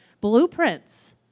blueprints